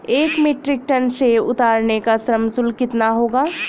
एक metric ton सेव उतारने का श्रम शुल्क कितना होगा?